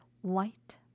white